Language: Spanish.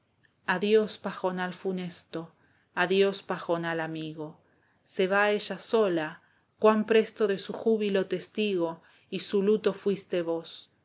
adiós pajonal funesto adiós pajonal amigo se va ella sola cuan presto de su júbilo testigo de su luto fuistes vos